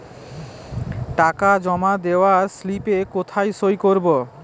টাকা জমা দেওয়ার স্লিপে কোথায় সই করব?